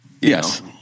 Yes